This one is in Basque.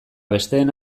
besteen